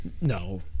No